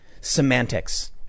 semantics